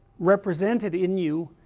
represented in you,